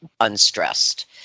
unstressed